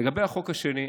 לגבי החוק השני,